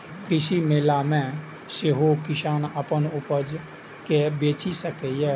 कृषि मेला मे सेहो किसान अपन उपज कें बेचि सकैए